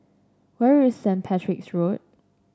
where is Saint Patrick's Road